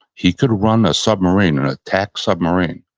he could run a submarine, an attack submarine,